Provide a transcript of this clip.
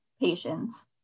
patients